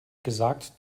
gesagt